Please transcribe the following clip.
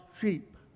sheep